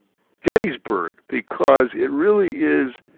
gettysburg, because it really is.